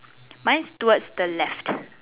mine's towards the left